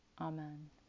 Amen